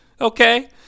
okay